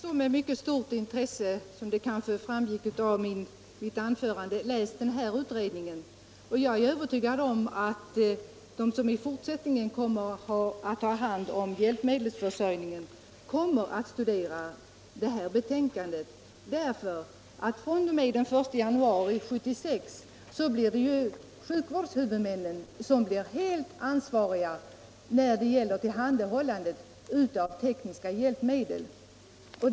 Herr talman! Som kanske framgick av mitt anförande har också jag med mycket stort intresse läst den utredning som gjorts inom Stockholms läns landsting. Jag är övertygad om att de som i fortsättningen kommer att ha hand om hjälpmedelsförsörjningen också kommer att studera denna utredning. fr.o.m. den 1 januari 1976 blir nämligen sjukvårdshuvudmännen helt ansvariga för tillhandahållandet av tekniska hjälpmedel.